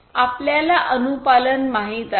आपल्याला अनुपालन माहित आहे